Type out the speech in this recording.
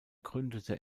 gründete